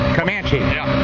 Comanche